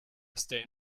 stay